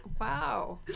Wow